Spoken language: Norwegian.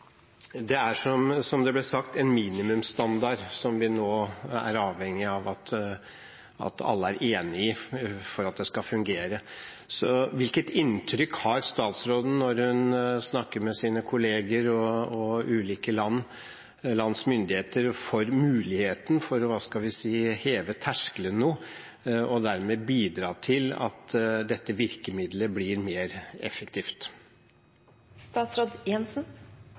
og det er, som det ble sagt, en minimumsstandard som vi nå er avhengig av at alle er enige om for at det skal fungere. Hvilket inntrykk har statsråden når hun snakker med sine kollegaer og ulike lands myndigheter av muligheten for å heve terskelen noe og dermed bidra til at dette virkemiddelet blir mer